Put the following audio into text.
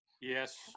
Yes